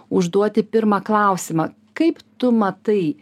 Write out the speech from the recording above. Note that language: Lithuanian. užduoti pirmą klausimą kaip tu matai